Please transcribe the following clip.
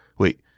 wait,